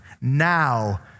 Now